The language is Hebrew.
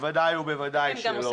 בוודאי ובוודאי שלא.